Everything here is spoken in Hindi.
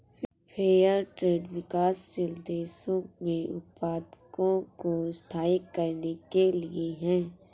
फेयर ट्रेड विकासशील देशों में उत्पादकों को स्थायी करने के लिए है